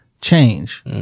change